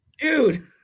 dude